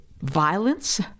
violence